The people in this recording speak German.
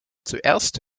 zuerst